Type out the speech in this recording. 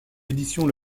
éditions